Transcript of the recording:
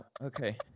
Okay